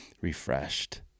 refreshed